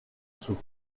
sceaux